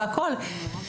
בגלל כל הרקע שלו.